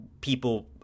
people